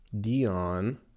Dion